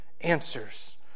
Answers